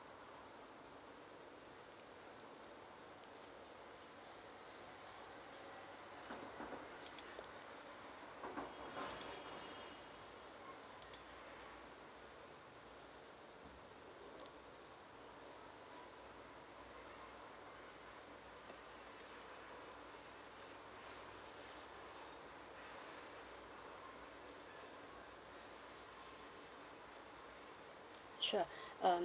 sure um